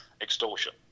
extortion